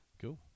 Cool